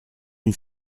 une